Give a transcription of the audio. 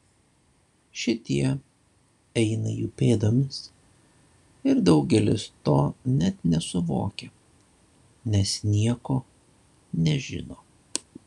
šitie eina jų pėdomis ir daugelis to net nesuvokia nes nieko nežino